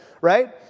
Right